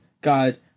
God